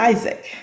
Isaac